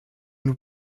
nous